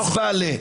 זבלה.